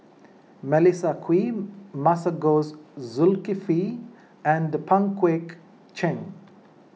Melissa Kwee Masagos Zulkifli and Pang Guek Cheng